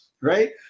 Right